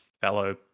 fellow